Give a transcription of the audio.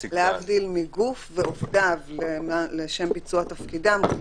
גוף להבדיל מגוף ועובדיו לשם ביצוע תפקידם.